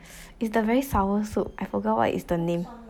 is the very sour soup I forgot what is the name